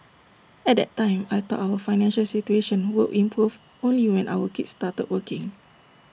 at that time I thought our financial situation would improve only when our kids started working